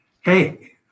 Hey